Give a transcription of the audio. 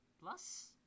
Plus